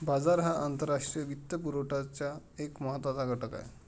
बाजार हा आंतरराष्ट्रीय वित्तपुरवठ्याचा एक महत्त्वाचा घटक आहे